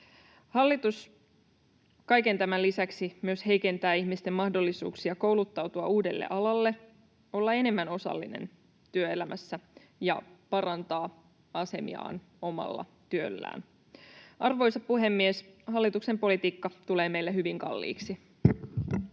Hallitus kaiken tämän lisäksi myös heikentää ihmisten mahdollisuuksia kouluttautua uudelle alalle, olla enemmän osallinen työelämässä ja parantaa asemiaan omalla työllään. Arvoisa puhemies! Hallituksen politiikka tulee meille hyvin kalliiksi.